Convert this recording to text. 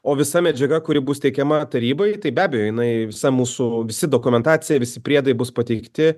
o visa medžiaga kuri bus teikiama tarybai tai be abejo jinai visa mūsų visi dokumentacija visi priedai bus pateikti